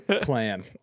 plan